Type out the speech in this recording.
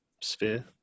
sphere